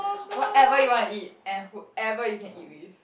whatever you want to eat and whoever you can eat with